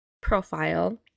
profile